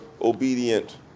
obedient